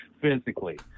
physically